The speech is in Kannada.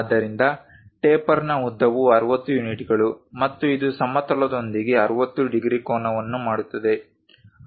ಆದ್ದರಿಂದ ಟೇಪರ್ನ ಉದ್ದವು 60 ಯೂನಿಟ್ಗಳು ಮತ್ತು ಇದು ಸಮತಲದೊಂದಿಗೆ 60 ಡಿಗ್ರಿ ಕೋನವನ್ನು ಮಾಡುತ್ತದೆ